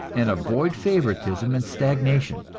and avoid favoritism and stagnation.